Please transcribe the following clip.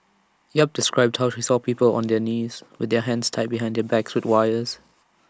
yap described how she saw people on their knees with their hands tied behind their backs with wires